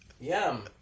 Yum